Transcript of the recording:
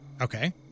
Okay